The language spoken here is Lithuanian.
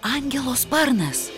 angelo sparnas